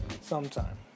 sometime